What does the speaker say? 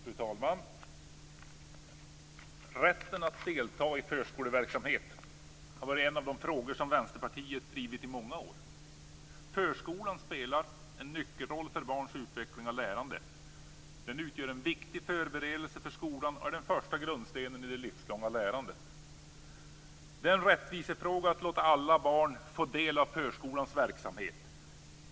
Fru talman! Rätten att delta i förskoleverksamhet har varit en av de frågor som Vänsterpartiet har drivit i många år. Förskolan spelar en nyckelroll för barns utveckling och lärande. Den utgör en viktig förberedelse för skolan och är den första grundstenen i det livslånga lärandet. Det är en rättvisefråga att låta alla barn få del av förskolans verksamhet.